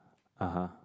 (uh huh)